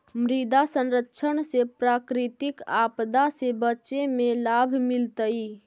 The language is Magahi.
मृदा संरक्षण से प्राकृतिक आपदा से बचे में लाभ मिलतइ